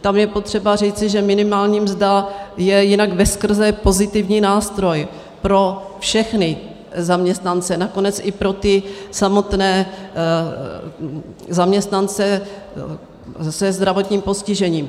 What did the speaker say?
Tam je potřeba říci, že minimální mzda je jinak veskrze pozitivní nástroj pro všechny zaměstnance, nakonec i pro ty samotné zaměstnance se zdravotním postižením.